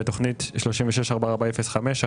ותוכנית 364405,